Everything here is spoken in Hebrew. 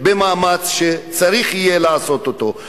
במאמץ שצריך יהיה לעשות אותו.